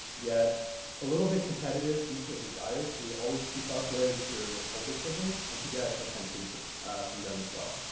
yet a little bit competitive due to a desire to always keep up with your oldest siblings, and to get attention from from them as well.